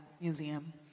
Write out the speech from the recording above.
Museum